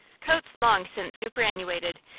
coats long since superannuated,